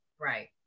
Right